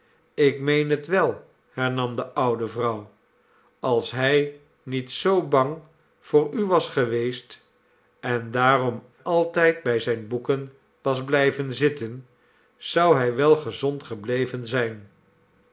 ik meen het wel hernam de oude vuouw als hij niet zoo bang voor u was geweest en daarom altijd bij zijne boeken was blijven zitten zou hij wel gezond gebleven zijn